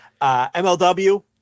MLW